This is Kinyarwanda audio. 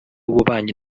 w’ububanyi